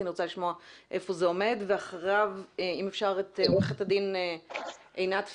אני רוצה לשמוע איפה זה עומד ואחריו את עו"ד עינת פישר.